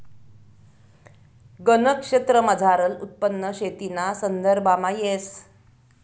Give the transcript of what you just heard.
गनज क्षेत्रमझारलं उत्पन्न शेतीना संदर्भामा येस